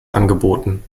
angeboten